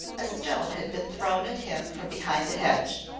a stone had been thrown at him from behind a hedge.